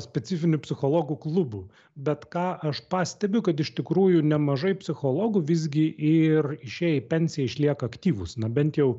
specifinių psichologų klubų bet ką aš pastebiu kad iš tikrųjų nemažai psichologų visgi ir išėję į pensiją išlieka aktyvūs na bent jau